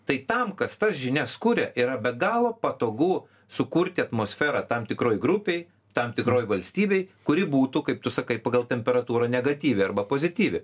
tai tam kas tas žinias kuria yra be galo patogu sukurti atmosferą tam tikroj grupėj tam tikroj valstybėj kuri būtų kaip tu sakai pagal temperatūrą negatyvi arba pozityvi